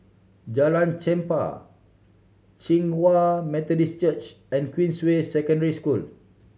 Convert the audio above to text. Jalan Chempah Hinghwa Methodist Church and Queensway Secondary School